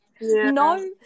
No